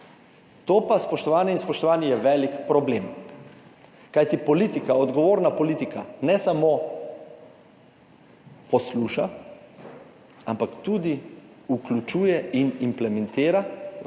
To pa, spoštovane in spoštovani, je velik problem. Kajti, politika, odgovorna politika, ne samo posluša, ampak tudi vključuje in implementira,